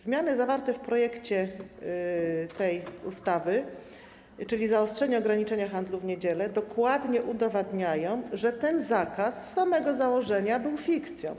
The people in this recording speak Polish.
Zmiany zawarte w projekcie tej ustawy, czyli zaostrzenia ograniczenia handlu w niedziele, dokładnie udowadniają, że ten zakaz już z samego założenia był fikcją.